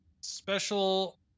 special